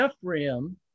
Ephraim